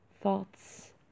thoughts